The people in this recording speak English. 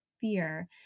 fear